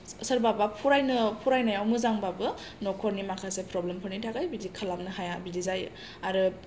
सोरबाबा फरायनो फरायनायाव मोजांबाबो नखरनि माखासे प्रब्लेमफोरनि थाखाय बिदि खालामनो हाया बिदि जायो आरो